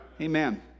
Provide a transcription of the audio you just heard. Amen